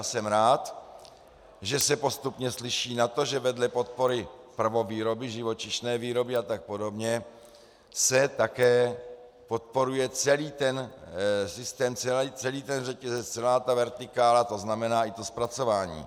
Jsem rád, že se postupně slyší na to, že vedle podpory prvovýroby, živočišné výroby a tak podobně se také podporuje celý ten systém, celý ten řetězec, celá ta vertikála, to znamená i to zpracování.